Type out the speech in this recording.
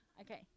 Okay